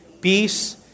peace